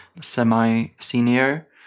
semi-senior